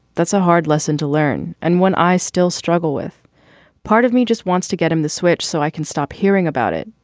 that's a hard lesson to learn and when i still struggle with part of me, just wants to get him to switch so i can stop hearing about it.